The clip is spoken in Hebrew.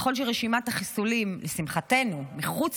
ככל שרשימת החיסולים מחוץ